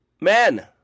Men